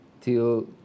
till